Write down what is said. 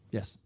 Yes